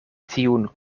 tiun